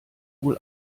wohl